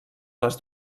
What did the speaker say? les